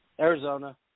Arizona